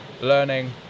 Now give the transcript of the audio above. learning